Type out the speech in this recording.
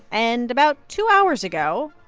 and about two hours ago,